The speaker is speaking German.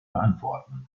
beantworten